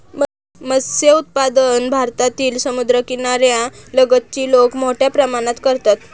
मत्स्य उत्पादन भारतातील समुद्रकिनाऱ्या लगतची लोक मोठ्या प्रमाणात करतात